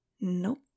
Nope